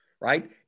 right